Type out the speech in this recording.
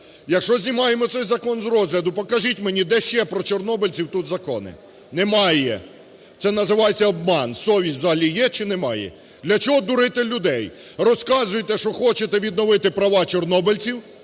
Якщо знімаємо цей закон з розгляду, покажіть мені, де ще про чорнобильців тут закони? Немає, це називається обман. Совість взагалі є чи немає? Для чого дурити людей? Розказуєте, що хочете відновити права чорнобильців,